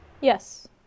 Yes